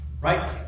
Right